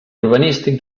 urbanístic